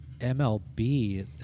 mlb